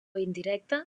indirecta